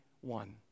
one